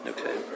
Okay